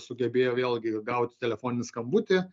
sugebėjo vėlgi gaut telefoninį skambutį